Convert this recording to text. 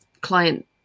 client